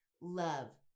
love